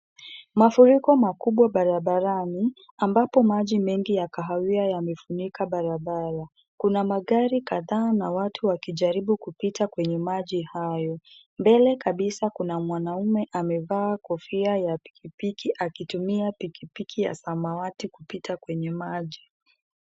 Mafuriko makubwa barabarani, ambapo maji mengi ya kahawia yamefunika barabara. Kuna magari kadhaa na watu wakijaribu kupita kwenye maji hayo. Mbele kabisa kuna mwanaume amevaa kofia ya pikipiki akitumia pikipiki ya samawati kupita kwenye maji.